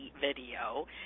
video